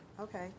Okay